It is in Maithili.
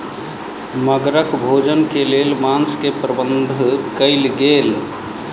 मगरक भोजन के लेल मांस के प्रबंध कयल गेल